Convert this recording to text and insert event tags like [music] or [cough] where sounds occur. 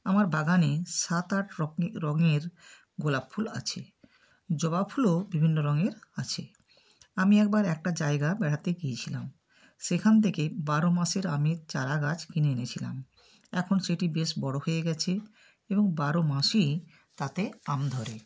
আমার বাগানে সাত আট [unintelligible] রঙের গোলাপ ফুল আছে জবা ফুলও বিভিন্ন রঙের আছে আমি একবার একটা জায়গা বেড়াতে গিয়েছিলাম সেখান থেকে বারো মাসের আমের চারা গাছ কিনে এনেছিলাম এখন সেটি বেশ বড় হয়ে গেছে এবং বারো মাসেই তাতে আম ধরে